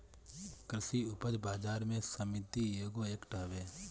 कृषि उपज बाजार समिति एगो एक्ट हवे